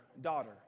daughter